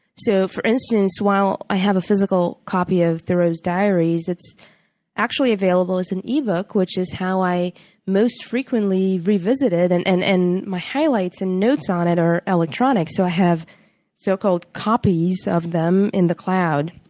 so, for instance, while i have a physical copy of thoreau's diaries, it's actually available as an e book which is how i most frequently revisit it. and and and my highlights and notes on it are electronic so i have so-called copies of them in the cloud.